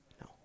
No